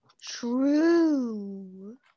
True